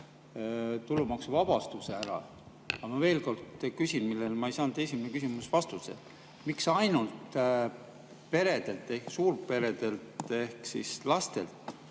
tulumaksuvabastuse ära. Aga ma veel kord küsin seda, millele ma ei saanud esimese küsimusega vastust. Miks ainult peredelt ehk suurperedelt ehk siis lastelt